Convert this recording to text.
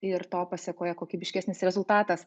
ir to pasekoje kokybiškesnis rezultatas